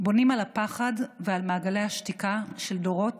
בונים על הפחד ועל מעגלי השתיקה שדורות